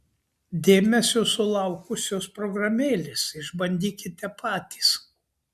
dėmesio sulaukusios programėlės išbandykite patys